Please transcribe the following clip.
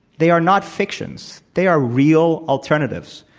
they are not fictions. they are real alternatives.